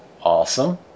Awesome